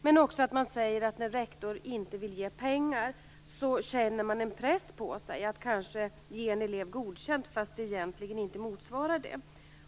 Men man säger också att när rektor inte vill ge pengar känner man en press på sig att kanske ge en elev godkänt fast resultatet egentligen inte motsvarar det.